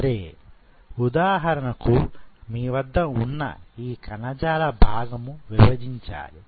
సరే ఉదాహరణకు మీ వద్ద ఉన్న ఈ కణజాల భాగము విభజించాలి